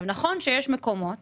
נכון שיש מקומות